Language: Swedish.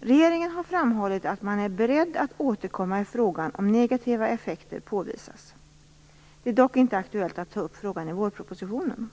Regeringen har framhållit att man är beredd att återkomma i frågan om negativa effekter påvisas. Det är dock inte aktuellt att ta upp frågan i vårpropositionen.